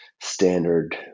standard